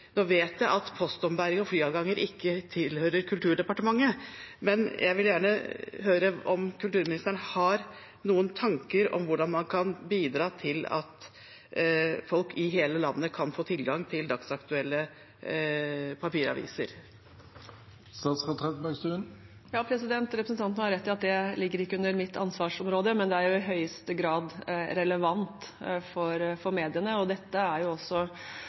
Nå vet jeg at postombæring og flyavganger ikke tilhører Kulturdepartementet, men jeg vil gjerne høre om kulturministeren har noen tanker om hvordan man kan bidra til at folk i hele landet kan få tilgang til dagsaktuelle papiraviser? Representanten har rett i at det ikke ligger under mitt ansvarsområde, men det er jo i høyeste grad relevant for mediene. Og dette, både nedgangen i antall papiravisabonnenter og endringer i distribusjonsordninger, er jo